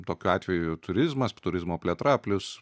tokiu atveju turizmas turizmo plėtra plius